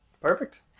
Perfect